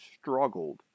struggled